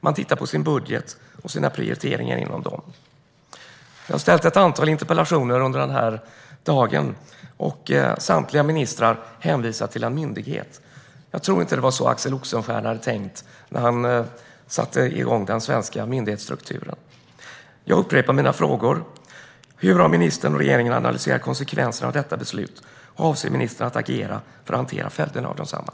Den tittar på sin budget och prioriteringar inom den. Jag har flera interpellationsdebatter under dagen, och samtliga ministrar hänvisar till en myndighet. Jag tror inte att det var så Axel Oxenstierna tänkte sig det när han satte igång den svenska myndighetsstrukturen. Jag upprepar mina frågor. Hur har ministern och regeringen analyserat konsekvenserna av detta beslut? Hur avser ministern att agera för att hantera följderna av detsamma?